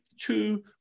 two